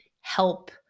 help